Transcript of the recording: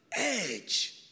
edge